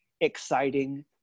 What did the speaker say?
exciting